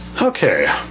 okay